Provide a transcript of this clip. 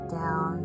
down